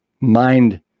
mind